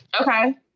okay